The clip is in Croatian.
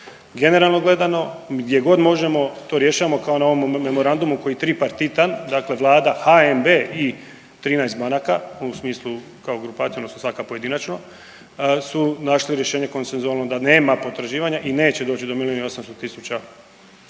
Generalno gledano gdje god možemo to rješavamo kao na ovom memorandumu koji je tripartitan, dakle vlada, HNB i 13 banaka u smislu kao grupacija odnosno svaka pojedinačno su našli rješenje konsenzualno da nema potraživanja i neće doći do milion i 800 tisuća